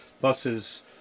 buses